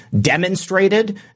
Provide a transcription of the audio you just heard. demonstrated